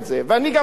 ואני גם בדקתי,